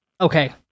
Okay